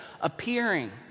appearing